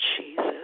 Jesus